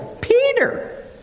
Peter